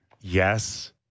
yes